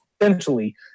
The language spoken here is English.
essentially